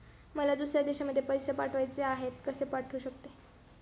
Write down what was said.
मला दुसऱ्या देशामध्ये पैसे पाठवायचे आहेत कसे पाठवू शकते?